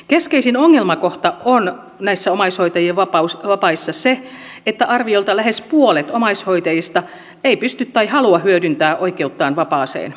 keskeisin ongelmakohta on näissä omaishoitajien vapaissa se että arviolta lähes puolet omaishoitajista ei pysty hyödyntämään tai halua hyödyntää oikeuttaan vapaaseen